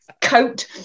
coat